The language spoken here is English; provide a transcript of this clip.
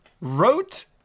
wrote